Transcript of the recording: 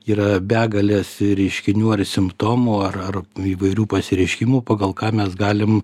yra begalės reiškinių ar simptomų ar ar įvairių pasireiškimų pagal ką mes galim